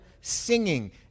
singing